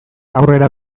aurrera